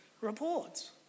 reports